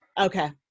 Okay